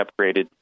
upgraded